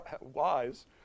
wise